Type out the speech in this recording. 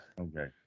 Okay